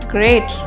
Great